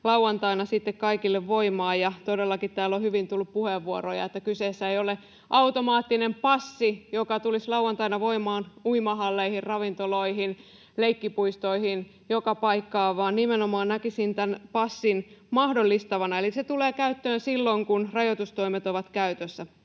lauantaina sitten kaikille voimaan. Todellakin täällä on hyvin tullut puheenvuoroja, että kyseessä ei ole automaattinen passi, joka tulisi lauantaina voimaan uimahalleihin, ravintoloihin, leikkipuistoihin, joka paikkaan, vaan nimenomaan näkisin tämän passin mahdollistavana, eli se tulee käyttöön silloin, kun rajoitustoimet ovat käytössä.